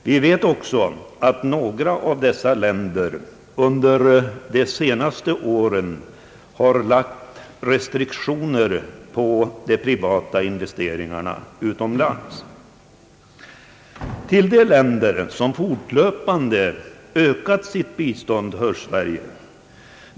Vi vet också att några av dessa länder under de senaste åren har lagt restriktioner på de privata investeringarna utomlands. Till de länder som fortlöpande ökat sitt bistånd hör Sverige.